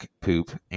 poop